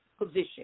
position